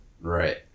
Right